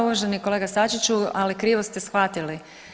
Uvaženi kolega Sačiću, ali krivo ste shvatili.